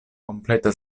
kompleta